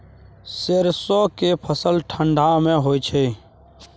सरसो के फसल ठंडा मे होय छै?